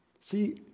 See